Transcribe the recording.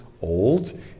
old